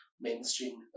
mainstream